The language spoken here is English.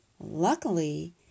Luckily